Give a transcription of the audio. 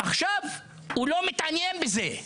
עכשיו הוא לא מתעניין בזה,